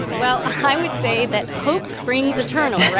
well, i would say that hope springs eternal, right?